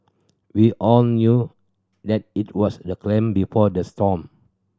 we all knew that it was the clam before the storm